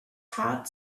heart